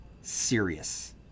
serious